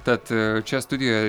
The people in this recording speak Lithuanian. tad čia studijoje